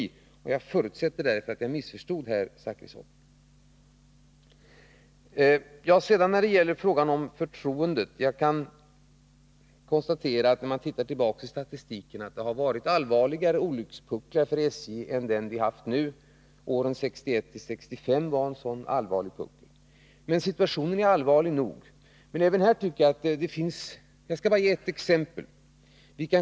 Jag 23 oktober 1980 förutsätter därför att jag missförstod herr Zachrisson. Sedan gällde det frågan om förtroendet. När jag tittar tillbaka i statistiken Om ökad säkerhet konstaterar jag att det har varit allvarligare olyckspucklar för SJ än den vi för tågtrafiken haft nu. Åren 1961-1965 var en sådan allvarlig puckel. Men situationen är allvarlig nog. Jag skall ge ett exempel.